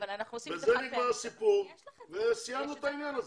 ובזה נגמר הסיפור וסיימנו את העניין הזה.